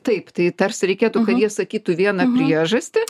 taip tai tarsi reikėtų kad jie sakytų vieną priežastį